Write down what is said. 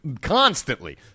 constantly